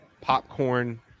popcorn